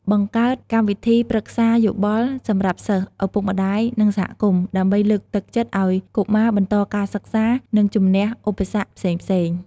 បង្កើតកម្មវិធីប្រឹក្សាយោបល់សម្រាប់សិស្ស ឪពុកម្តាយ និងសហគមន៍ ដើម្បីលើកទឹកចិត្តឱ្យកុមារបន្តការសិក្សា និងជម្នះឧបសគ្គផ្សេងៗ។